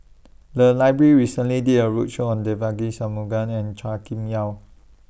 The Library recently did A roadshow on Devagi Sanmugam and Chua Kim Yeow